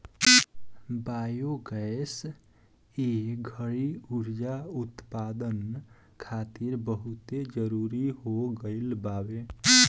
biogas ए घड़ी उर्जा उत्पदान खातिर बहुते जरुरी हो गईल बावे